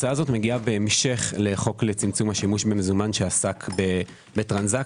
הצעה זו מגיעה בהמשך לחוק לצמצום השימוש במזומן שעסק בהעברות